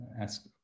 ask